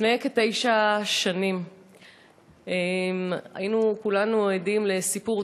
לפני כתשע שנים היינו כולנו עדים לסיפור